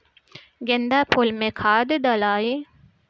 गेंदा फुल मे खाद डालाई?